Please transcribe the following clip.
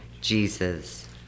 Jesus